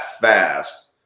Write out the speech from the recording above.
fast